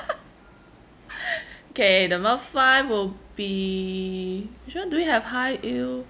K number five will be which [one] do you have high yield